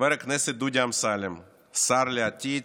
חבר הכנסת דודי אמסלם, שר לעתיד,